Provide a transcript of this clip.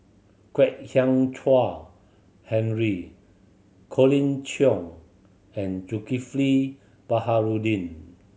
Kwek Hian Chuan Henry Colin Cheong and Zulkifli Baharudin